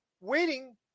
waiting